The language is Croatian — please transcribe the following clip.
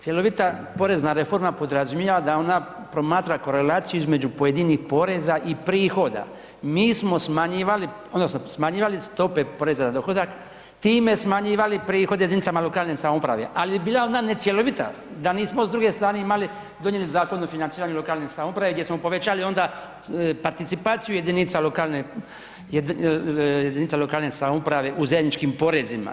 Cjelovita porezna reforma podrazumijeva da ona promatra korelaciju između pojedinih poreza i prihoda, mi smo smanjivali, odnosno smanjivali poreza na dohodak, time smanjivali prihode jedinicama lokalne samouprave ali je bila ona necjelovita da nismo s druge strane imali, donijeli Zakon o financiranju lokalne samouprave gdje smo povećali onda participaciju jedinica lokalne samouprave u zajedničkim porezima.